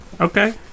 Okay